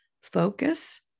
focus